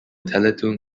teletoon